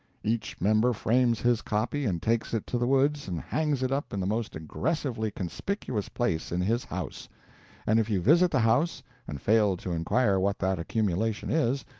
each member frames his copy and takes it to the woods and hangs it up in the most aggressively conspicuous place in his house and if you visit the house and fail to inquire what that accumulation is,